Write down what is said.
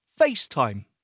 FaceTime